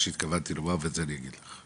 שהתכוונתי לומר ואת זה אני אגיד לך,